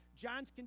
John's